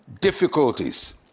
difficulties